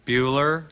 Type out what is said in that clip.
Bueller